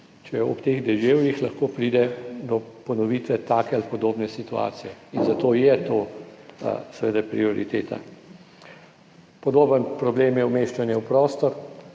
če ob teh deževjih lahko pride do ponovitve take ali podobne situacije in zato je to seveda prioriteta. Podoben problem je umeščanje v prostor.